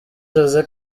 josé